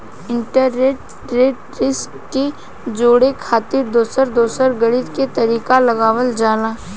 interest rate risk के जोड़े खातिर दोसर दोसर गणित के तरीका लगावल जाला